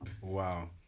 Wow